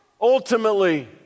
ultimately